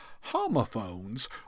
Homophones